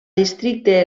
districte